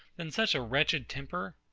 than such a wretched temper?